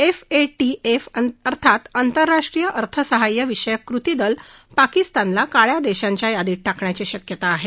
F A T F अर्थात आंतरराष्ट्रीय अर्थसहाय्य विषयक कृतीदल पाकिस्तानला काळ्या देशांच्या यादीत टाकण्याची शक्यता आहे